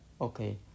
okay